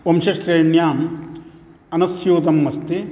वंशश्रेण्याम् अनुस्यूतम् अस्ति